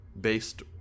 based